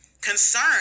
concern